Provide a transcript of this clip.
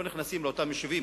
לא נכנסים לאותם יישובים,